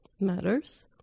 matters